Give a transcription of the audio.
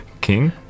King